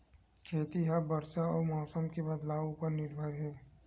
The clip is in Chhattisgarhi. खेती हा बरसा अउ मौसम के बदलाव उपर निर्भर हे